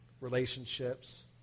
Relationships